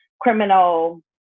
criminal